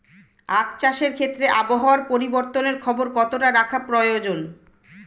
আখ চাষের ক্ষেত্রে আবহাওয়ার পরিবর্তনের খবর কতটা রাখা প্রয়োজন?